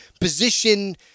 position